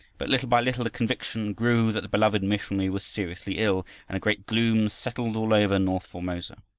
but little by little the conviction grew that the beloved missionary was seriously ill, and a great gloom settled all over north formosa.